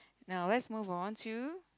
now let's move on to